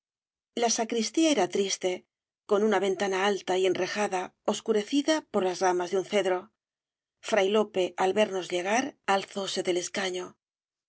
la sacristía era triste con una ventana alta y enrejada oscurecida por las ramas de un cedro fray lope al vernos llegar alzóse del escaño